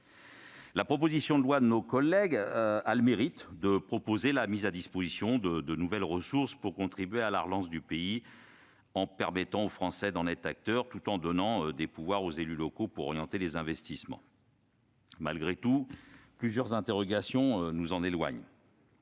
La proposition de loi nos collègues a le mérite de proposer la mise à disposition de nouvelles ressources pour contribuer à la relance du pays, en permettant aux Français d'en être acteurs tout en donnant des pouvoirs aux élus locaux pour orienter les investissements. Malgré tout, plusieurs interrogations nous en éloignent.